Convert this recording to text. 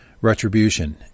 retribution